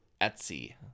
Etsy